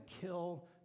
kill